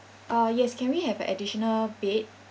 uh yes can we have an additional bed